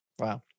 Wow